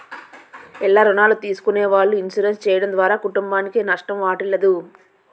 ఇల్ల రుణాలు తీసుకునే వాళ్ళు ఇన్సూరెన్స్ చేయడం ద్వారా కుటుంబానికి నష్టం వాటిల్లదు